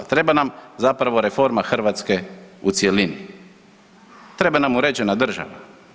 Treba nam zapravo reforma Hrvatske u cjelini, treba nam uređena država.